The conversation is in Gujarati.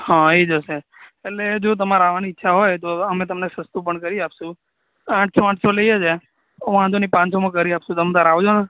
હં એ જ હશે એટલે જો તમારે આવવાની ઈચ્છા હોય તો અમે તમને સસ્તું પણ કરી આપીશું આઠસો આઠસો લઇએ છીએ વાંધો નહીં પાંચસોમાં કરી આપીશું તમે તમારે આવજો ને